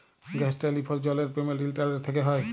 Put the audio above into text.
gas, telephone, জলের payment internet থ্যকে হয়